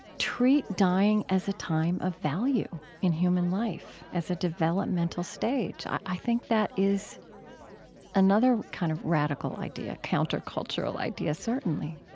treat dying as a time of value in human life, as a developmental stage. i think that is another kind of radical idea, countercultural idea certainly